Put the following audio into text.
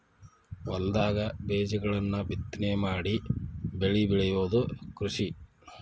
ಹೊಲದಾಗ ಬೇಜಗಳನ್ನ ಬಿತ್ತನೆ ಮಾಡಿ ಬೆಳಿ ಬೆಳಿಯುದ ಕೃಷಿ